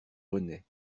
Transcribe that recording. renaît